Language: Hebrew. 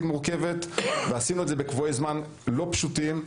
מורכבת ועשינו את זה בקבועי זמן לא פשוטים,